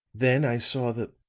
then i saw the